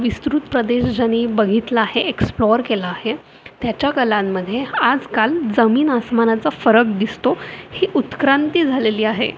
विस्तृत प्रदेश ज्यांनी बघितला आहे एक्सप्लोअर केला आहे त्याच्या कलांमधे आजकाल जमीन आसमानाचा फरक दिसतो ही उत्क्रांती झालेली आहे